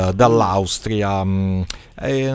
dall'Austria